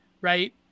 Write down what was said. right